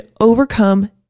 overcome